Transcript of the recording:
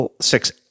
six